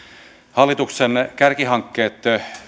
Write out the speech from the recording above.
hallituksen kärkihankkeet